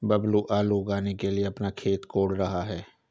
बबलू आलू लगाने के लिए अपना खेत कोड़ रहा है